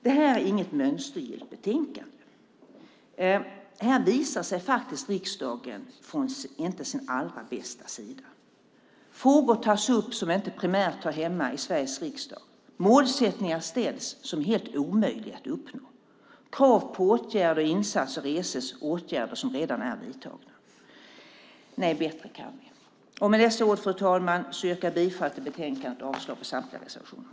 Detta är inget mönstergillt betänkande. Här visar sig riksdagen inte från sin allra bästa sida. Frågor tas upp som inte primärt hör hemma i Sveriges riksdag. Målsättningar ställs som är helt omöjliga att uppnå. Krav på åtgärder och insatser reses - åtgärder som redan är vidtagna. Nej, bättre kan vi. Med dessa ord, fru talman, yrkar jag bifall till utskottets förslag i betänkandet och avslag på samtliga reservationer.